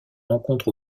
rencontre